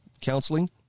counseling